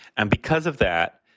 and because of that,